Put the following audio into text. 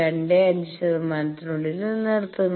25 ശതമാനത്തിനുള്ളിൽ നിലനിർത്തുന്നത്